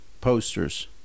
Posters